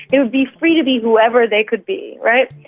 they would be free to be whoever they could be, right?